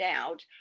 out